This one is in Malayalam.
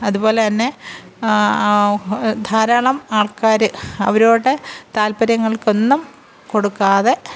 അതുപോലെ തന്നെ ധാരാളം ആള്ക്കാർ അവരുടെ താല്പ്പര്യങ്ങള്ക്കൊന്നും കൊടുക്കാതെ